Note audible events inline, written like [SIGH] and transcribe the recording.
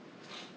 [NOISE]